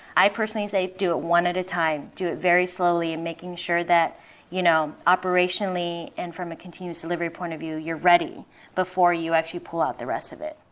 i personally say do it one at a time. do it very slowly and making sure that you know operationally and from a continuous delivery point of view you're ready before you actually pull out the rest of it.